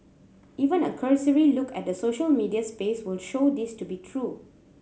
even a cursory look at the social media space will show this to be true